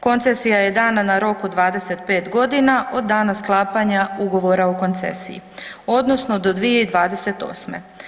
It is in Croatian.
Koncesija je dana na rok od 25 godina od dana sklapanja ugovora o koncesiji, odnosno do 2028.